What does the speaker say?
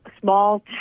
small